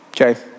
Okay